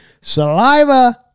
saliva